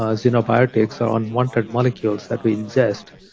ah synbiotics or unwanted molecules that we ingest.